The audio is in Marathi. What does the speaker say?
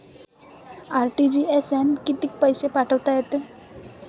आर.टी.जी.एस न कितीक पैसे पाठवता येते?